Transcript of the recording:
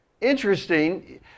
Interesting